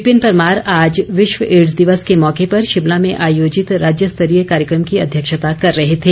विपिन परमार आज विश्व एड्स दिवस के मौके पर शिमला में आयोजित राज्यस्तरीय कार्यक्रम की अध्यक्षता कर रहे थे